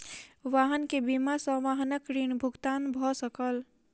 वाहन के बीमा सॅ वाहनक ऋण भुगतान भ सकल